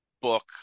book